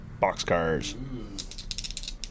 Boxcars